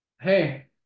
hey